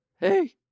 Hey